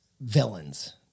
villains